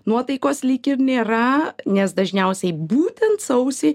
nuotaikos lyg ir nėra nes dažniausiai būtent sausį